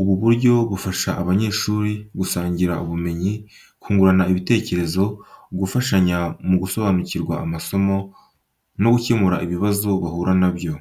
Ubu buryo bufasha abanyeshuri gusangira ubumenyi, kungurana ibitekerezo, gufashanya mu gusobanukirwa amasomo, no gukemura ibibazo bahura nabyo.